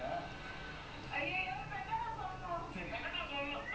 but you know you I think it's the highest err one of the highest paid managers in the world